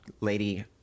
lady